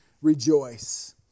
Rejoice